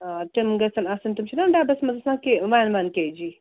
آ تِم گژھن آسٕنۍ تِم چھِ نا ڈَبَس منٛز آسان کے وَن وَن کے جی